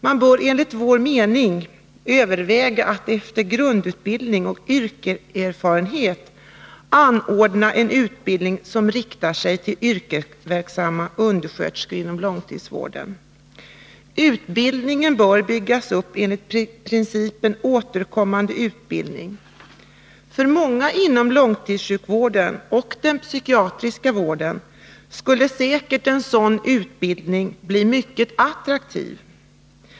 Man bör enligt vår mening överväga att anordna en utbildning som, efter grundutbildning och yrkeserfarenhet, riktar sig till yrkesverksamma undersköterskor inom långtidssjukvården. Utbildningen bör byggas upp enligt principen återkommande utbildning. För många inom långtidssjukvården och den psykiatriska vården skulle säkert en sådan utbildning bli mycket attraktiv.